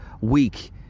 week